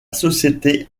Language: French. société